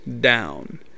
down